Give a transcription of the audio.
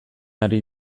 ari